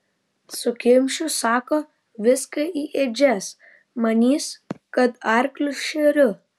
sukimšiu sako viską į ėdžias manys kad arklius šeriu